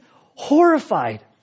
horrified